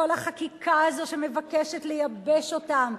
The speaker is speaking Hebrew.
כל החקיקה הזאת שמבקשת לייבש אותם,